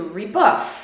rebuff